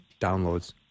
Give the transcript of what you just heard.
downloads